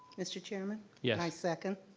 mr. chairman? yes? i second.